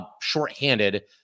shorthanded